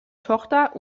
tochter